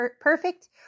perfect